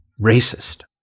racist